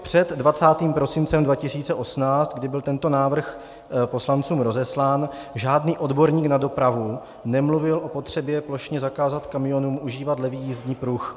Před 20. prosincem 2018, kdy byl tento návrh poslancům rozeslán, žádný odborník na dopravu nemluvil o potřebě plošně zakázat kamionům užívat levý jízdní pruh.